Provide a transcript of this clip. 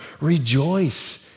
Rejoice